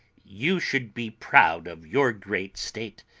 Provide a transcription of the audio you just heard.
you should be proud of your great state.